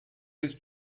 his